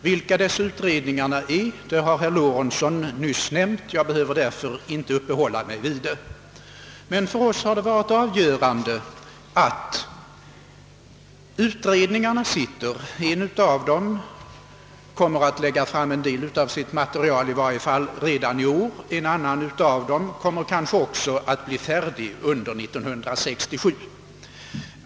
Vilka dessa utredningar är har herr Lorentzon nyss nämnt. Jag behöver därför inte uppehålla mig vid dem. För bankoutskottet har det varit avgörande att utredningarna arbetar, En av dem kommer att lägga fram .en del av sitt material redan i år och en annan av dem kommer kanske också att bli färdig under år 1968.